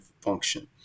function